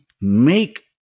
make